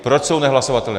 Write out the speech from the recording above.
Proč jsou nehlasovatelné?